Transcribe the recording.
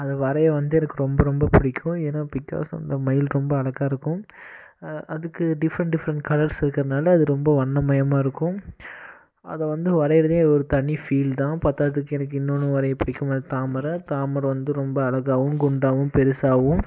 அதை வரைய வந்து எனக்கு ரொம்ப ரொம்ப பிடிக்கும் ஏன்னா பிகாஸ் அந்த மயில் ரொம்ப அழகாக இருக்கும் அதுக்கு டிஃப்ரெண்ட் டிஃப்ரெண்ட் கலர்ஸ் இருக்கிறதுனால அது ரொம்ப வண்ணமயம்மாக இருக்கும் அதை வந்து வரைகிறதே ஒரு தனி ஃபீல் தான் பத்தாததுக்கு எனக்கு இன்னொன்றும் வரைய பிடிக்கும் அது தாமரை தாமரை வந்து ரொம்ப அழகாகவும் குண்டாகவும் பெருசாகவும்